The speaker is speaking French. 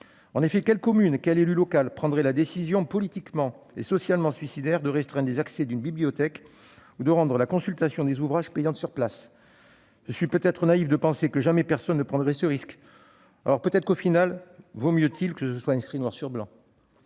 En effet, quelle commune, quel élu local, prendrait la décision politiquement et socialement suicidaire de restreindre l'accès d'une bibliothèque ou de rendre la consultation des ouvrages payante sur place ? Je suis peut-être naïf de penser que jamais personne ne prendrait ce risque ! Alors peut-être qu'au final il vaut mieux que ce soit inscrit noir sur blanc.